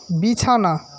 বিছানা